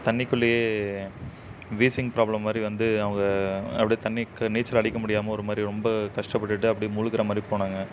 தண்ணிக்குள்ளேயே wheezing problem மாதிரி வந்து அவங்க அப்படியே தண்ணிக்கு நீச்சல் அடிக்க முடியாமல் ஒரு மாதிரி ரொம்ப கஷ்டப்பட்டுகிட்டு அப்படியே முழ்கற மாதிரி போனாங்க